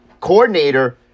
coordinator